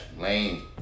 lame